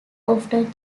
often